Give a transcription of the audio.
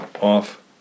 off